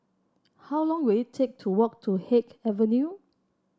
how long will it take to walk to Haig Avenue